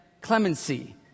clemency